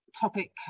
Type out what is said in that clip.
topic